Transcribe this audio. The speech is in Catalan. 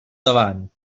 davant